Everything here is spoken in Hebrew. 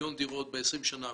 מיליון דירות ב-20 השנה הקרובות,